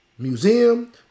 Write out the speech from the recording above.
Museum